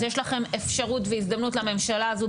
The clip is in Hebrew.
יש לכם אפשרות והזדמנות לממשלה הזו,